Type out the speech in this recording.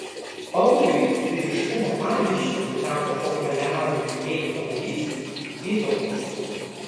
auriui vyriškumo pavyzdžiu tapo fokoliarų judėjimo narys vytautas